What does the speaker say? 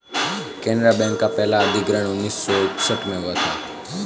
Canara bank का पहला अधिग्रहण उन्नीस सौ इकसठ में हुआ था